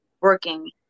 working